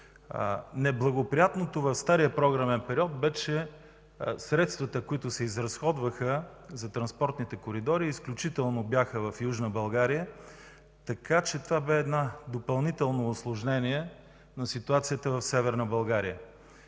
Неблагоприятното в стария програмен период бе, че средствата, които се изразходваха за транспортните коридори, изключително бяха в Южна България, така че това беше едно допълнително усложнение на ситуацията в Северна България.